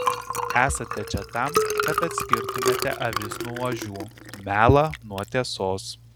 esate čia tam kad atskirtumėte avis nuo ožių melą nuo tiesos